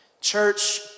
church